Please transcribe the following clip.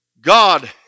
God